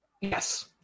Yes